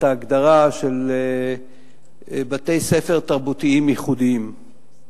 ההגדרה של בתי-ספר תרבותיים ייחודיים.